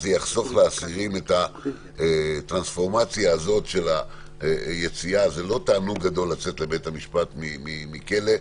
לאסירים מבחינת הטרנספורמציה של היציאה לבית המשפט מהכלא.